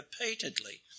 repeatedly